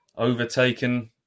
Overtaken